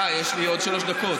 אה, יש לי עוד שלוש דקות.